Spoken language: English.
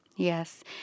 Yes